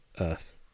Earth